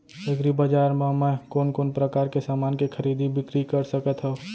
एग्रीबजार मा मैं कोन कोन परकार के समान के खरीदी बिक्री कर सकत हव?